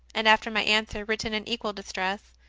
and after my answer, written in equal distress,